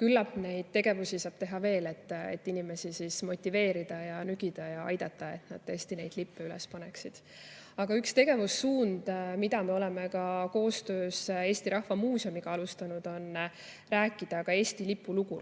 Küllap neid tegevusi saab teha veel, et inimesi motiveerida, nügida ja aidata, et nad tõesti lipu üles paneksid. Aga üks tegevussuund, mida me oleme ka koostöös Eesti Rahva Muuseumiga alustanud, on see, et tuleb rohkem rääkida Eesti lipu lugu.